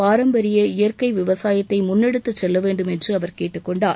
பாரம்பரிய இயற்கை விவசாயத்தை முன்னெடுத்துச் செல்ல வேண்டும் என்று அவர் கேட்டுக் கொண்டார்